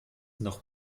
noch